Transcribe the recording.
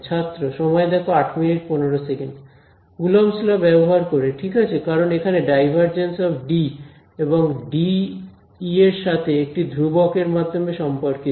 Coulomb's law Coulomb's law ব্যবহার করে ঠিক আছে কারণ এখানে ∇D এবং ডি ই এর সাথে একটি ধ্রুবক এর মাধ্যমে সম্পর্কিত